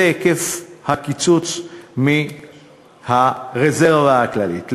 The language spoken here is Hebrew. זה היקף הקיצוץ מהרזרבה הכללית.